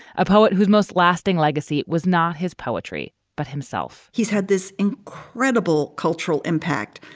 a poet whose most lasting legacy was not his poetry but himself he's had this incredible cultural impact,